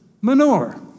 manure